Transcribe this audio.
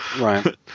Right